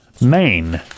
Maine